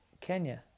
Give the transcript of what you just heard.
Kenya